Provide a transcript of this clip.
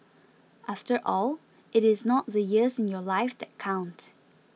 after all it is not the years in your life that count